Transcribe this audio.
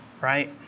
right